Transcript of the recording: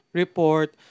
report